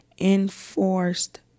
enforced